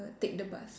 err take the bus